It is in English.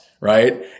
right